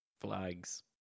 Flags